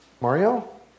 Mario